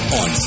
on